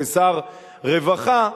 כשר הרווחה,